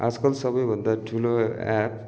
आजकल सबैभन्दा ठुलो एप्प